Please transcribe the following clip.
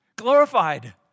glorified